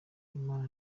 imana